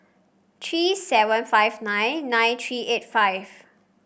three seven five nine nine three eight five